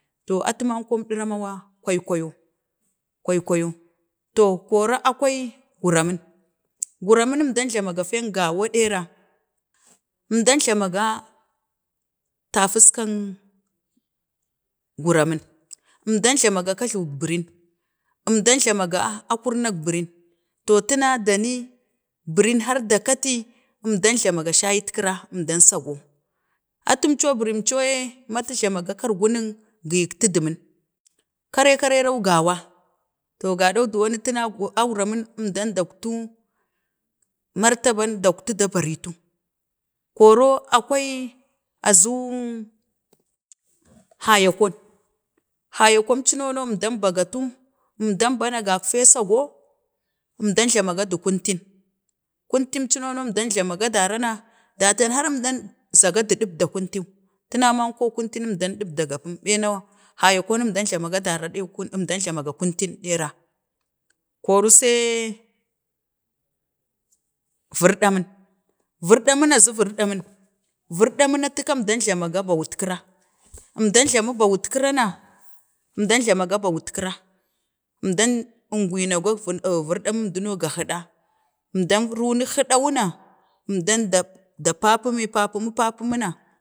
to atu manko wudara ma kwaikwayo kwakwayo. To kori akwai guramin, guramin əmdannun jlamage fee gawa ɗera, əmɗan jlama ga, japuskang guramin, əmdan jlama ga kajlawan birin, əmdan jlama ga a kurnak birin to tina dani, birin har da kati əmdan jlama ga shayitkira, əmdan sago, atum lo, birin co yee, ma tu flama ga kargun nin giyi tidimin kare, karera wu gawa to gadon duwo na tuna, auramin əmɗan daktu martaban daktu da baretu, koro, akwai a zuu, hayakwan, hayakwan cuno no əmdan bagetu, əmdan ba na gagfee saa, ga ə. da, jlama ga du kuntin, kuntin cu no na əmda jlama ga ɗawa kuntin tina manko, kuntin əmdan dipda kuntin tina manko, uutin əmdan dipdaga punn ɓeena hayako, no əmda jlama ga dera, əmdan jlama ga kuntin dera, kuri sere vardamin, virdamin na a zu virdamin, virdamin atu ka əmda jlamama bawut kira, əmdan jlamu bawutkira na, əmdan jlama ga bawutikira əmdan naunak ga virdamun əmduno ga hyiɗa, əmdan runu hidawu na əmdan da pumpmi, da papumi, papumina